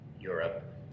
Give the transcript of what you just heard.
Europe